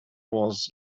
was